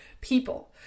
people